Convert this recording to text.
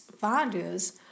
values